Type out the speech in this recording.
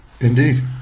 Indeed